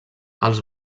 els